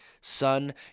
son